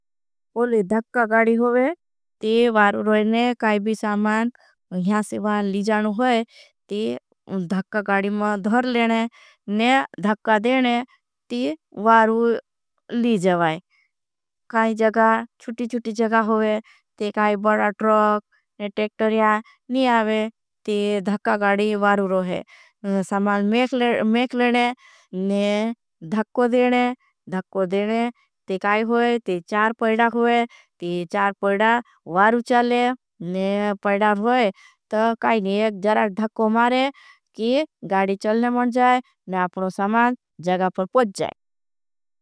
पोले धक्का गाड़ी होगे ते वारू रोहे ने काई भी सामान यहां से वारू। ली जानू होई ते धक्का गाड़ी मां धर लेने ने धक्का देने ते वारू। ली जावाई काई जगा छुटी छुटी जगा होई ते काई बड़ा ट्रोक ने टेक्टर याँ नी आवे ते धक्का गाड़ी वारू रोहे। सामान मेख लेने ने धक्का देने ते काई होई ते चार पैड़ा होई ते। चार पैड़ा वारू चले ने पैड़ा होई ता काई ने जड़ा धक्को मारे। की गाड़ी चलने मुण जाए ने आपको सामान जगा पर पच जाए।